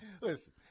Listen